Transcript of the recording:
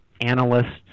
analysts